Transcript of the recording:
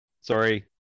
sorry